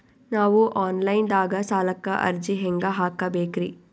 ನಾವು online ದಾಗ ಸಾಲಕ್ಕ ಅರ್ಜಿ ಹೆಂಗ ಹಾಕಬೇಕ್ರಿ?